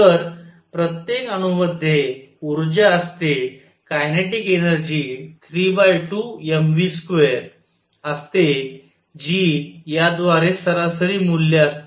तर प्रत्येक अणूमध्ये ऊर्जा असते कायनेटिक एनर्जी 32mv2 असते जी याद्वारे सरासरी मूल्य असते